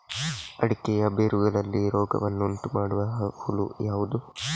ಅಡಿಕೆಯ ಬೇರುಗಳಲ್ಲಿ ರೋಗವನ್ನು ಉಂಟುಮಾಡುವ ಹುಳು ಯಾವುದು?